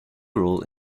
role